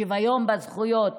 שוויון בזכויות.